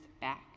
back